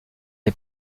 est